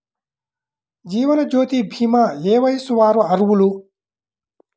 జీవనజ్యోతి భీమా ఏ వయస్సు వారు అర్హులు?